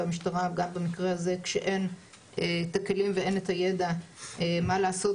והמשטרה במקרה הזה כשאין את הכלים ואין את הידע מה לעשות,